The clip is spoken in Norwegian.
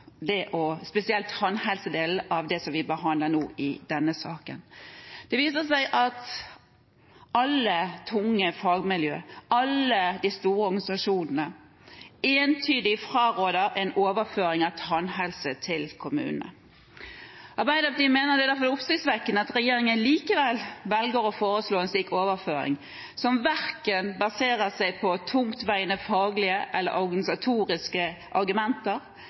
interesse for spesielt tannhelsedelen av det vi nå behandler i denne saken. Det viser seg at alle tunge fagmiljøer, alle de store organisasjonene entydig fraråder en overføring av tannhelsetjeneste til kommunene. Arbeiderpartiet mener det derfor er oppsiktsvekkende at regjeringen likevel velger å foreslå en slik overføring, som verken baserer seg på tungtveiende faglige eller organisatoriske argumenter